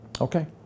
Okay